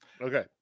Okay